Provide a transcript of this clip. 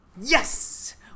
yes